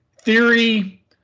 theory